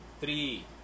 Three